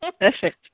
Perfect